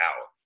out